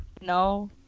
No